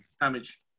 damage